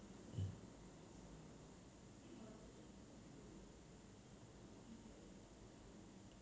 mm